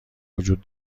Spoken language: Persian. وجود